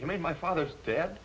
you made my father's dead